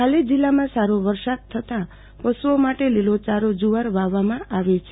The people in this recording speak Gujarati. હાલે જિલ્લામાં સારો વરસાદ થતાં પશુઓ માટે લીલોચારો જૂવાર વાવવામાં આવી છે